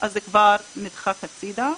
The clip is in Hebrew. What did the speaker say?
נדחק הצדה.